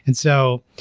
and so,